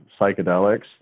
psychedelics